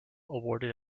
awarded